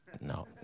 no